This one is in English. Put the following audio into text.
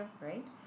right